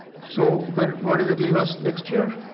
so but where does that leave us next year?